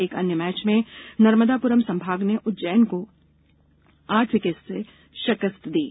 एक अन्य मैच में नर्मदापुरम संभाग ने उज्जैन को आठ विकेट से शिकस्त दी